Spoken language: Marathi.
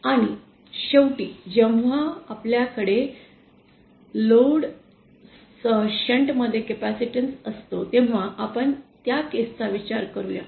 आणि शेवटी जेव्हा आपल्याकडे लोड सह शंट मध्ये कॅपेसिटर असतो तेव्हा आपण त्या केसचा विचार करूया